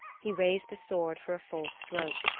he raised the sword for a full stroke.